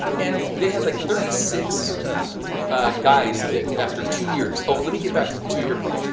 and they had like thirty six guys that after two years, oh, but let me get back to the two year part.